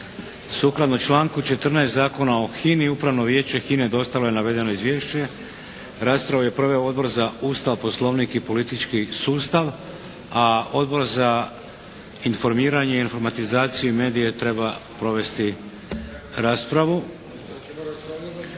Sukladno članku 14. Zakona o HINA-i Upravno vijeće HINA-e dostavilo je navedeno izvješće. Raspravu je proveo Odbor za Ustav, Poslovnik i politički sustav. A Odbor za informiranje i informatizaciju i medije treba provesti raspravu.